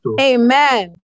Amen